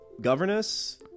governess